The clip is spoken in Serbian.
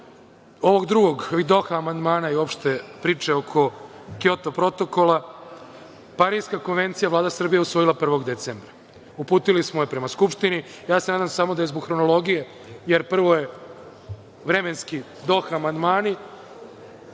ovog drugog, Doha amandmana i uopšte priče oko Kjoto protokola, Parisku konvenciju je Vlada Srbije usvojila 1. decembra. Uputili smo je prema Skupštini. Ja se nadam samo da je zbog hronologije, jer prvo je vremenski Doha amandmani.